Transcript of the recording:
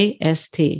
AST